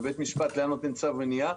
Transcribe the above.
ובית משפט היה נותן צו מניעה,